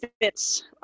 fits